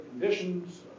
conditions